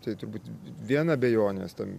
tai turbūt vien abejonės tam